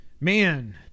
man